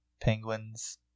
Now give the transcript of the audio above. penguins